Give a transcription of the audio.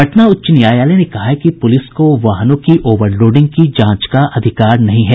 पटना उच्च न्यायालय ने कहा है कि पुलिस को वाहनों की ओवर लोडिंग की जांच का अधिकार नहीं है